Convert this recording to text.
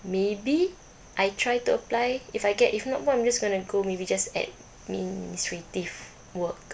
maybe I try to apply if I get if not what I'm just going to go maybe just administrative work